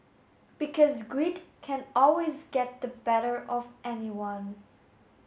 because greed can always get the better of anyone